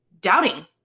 doubting